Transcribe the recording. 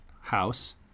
house